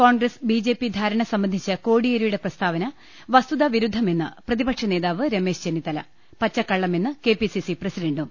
Congress B J P ധാരണ് സംബന്ധിച്ച കോടിയേരി യുടെ പ്രസ്താവന വസ്തുതാ വിരുദ്ധമെന്ന് പ്രതിപക്ഷ നേതാവ് രമേശ് ചെന്നിത്തല പച്ചക്കള്ളമെന്ന് കെ പി സി സി പ്രസിഡണ്ടും